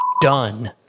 done